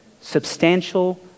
substantial